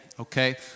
Okay